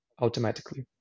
automatically